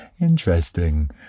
interesting